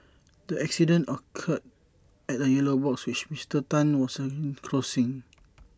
the accident occurred at A yellow box which Mister Tan was seen crossing